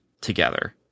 together